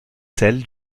celles